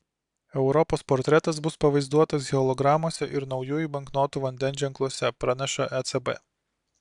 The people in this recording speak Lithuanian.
europos portretas bus pavaizduotas hologramose ir naujųjų banknotų vandens ženkluose praneša ecb